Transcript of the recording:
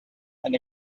and